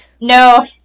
No